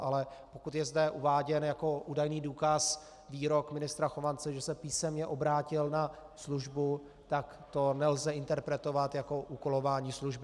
Ale pokud je zde uváděn jako údajný důkaz výrok pana ministra Chovance, že se písemně obrátil na službu, tak to nelze interpretovat jako úkolování služby.